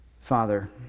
Father